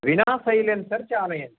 विना सैलेन्सेर् चालयन्ति